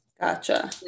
Gotcha